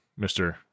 Mr